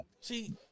See